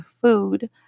food